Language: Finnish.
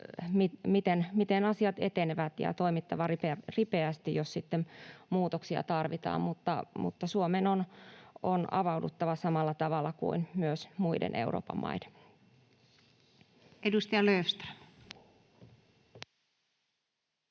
miten asiat etenevät, ja tarvittaessa toimittava ripeästi, jos sitten muutoksia tarvitaan. Mutta Suomen on avauduttava samalla tavalla kuin muiden Euroopan maiden. Edustaja Löfström.